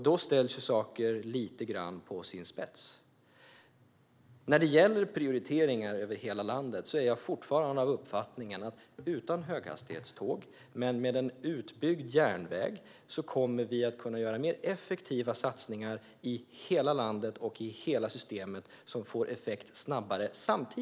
Då ställs saker lite grann på sin spets. När det gäller prioriteringar över hela landet är jag fortfarande av uppfattningen att utan höghastighetståg men med en utbyggd järnväg kommer vi att kunna göra mer effektiva satsningar i hela landet och i hela systemet som får effekt snabbare i hela landet.